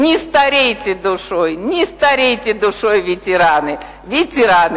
תודה רבה לשרה סופה לנדבר, שרת העלייה